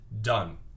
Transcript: done